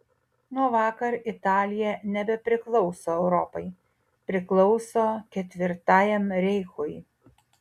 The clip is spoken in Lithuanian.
nuo vakar italija nebepriklauso europai priklauso ketvirtajam reichui